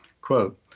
Quote